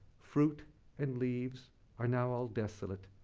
fruit and leaves are now all desolate.